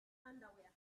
underwear